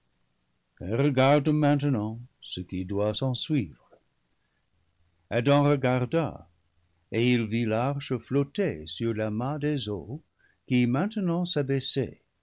regarde maintenant ce qui doit s'en suivre adam regarda et il vit l'arche flotter sur l'amas des eaux qui maintenant